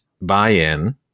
buy-in